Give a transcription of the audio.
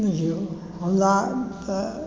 हमरा तऽ